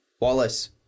Wallace